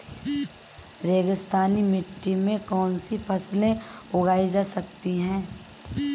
रेगिस्तानी मिट्टी में कौनसी फसलें उगाई जा सकती हैं?